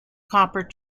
copper